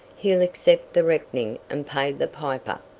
he'll accept the reckoning and pay the piper.